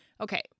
Okay